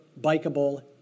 bikeable